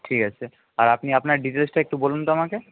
ঠিক আছে আর আপনি আপনার ডিটেলসটা একটু বলুন তো আমাকে